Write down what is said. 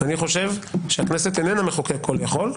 אני חושב שהכנסת איננה מחוקק כל-יכול.